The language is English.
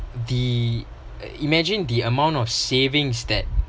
the imagine the amount of savings that